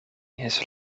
his